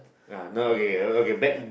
ya no okay okay back